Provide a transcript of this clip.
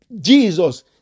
Jesus